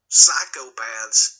psychopaths